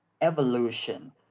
evolution